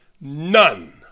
none